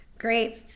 Great